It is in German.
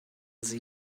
sie